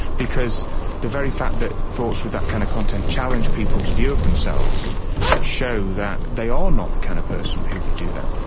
because the very fact that thoughts with that kind of content challenge people's view of themselves show that they are not the kind of person who would do that.